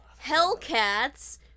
Hellcats